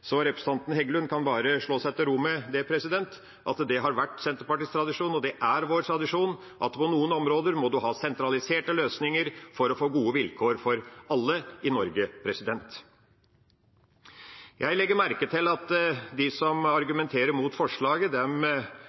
Så representanten Heggelund kan bare slå seg til ro med at det har vært Senterpartiets tradisjon – og er vår tradisjon – at på noen områder må en ha sentraliserte løsninger for å få gode vilkår for alle i Norge. Jeg legger merke til at de som argumenterer mot forslaget,